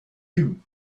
you